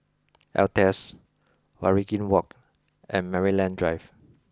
Altez Waringin Walk and Maryland Drive